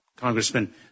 Congressman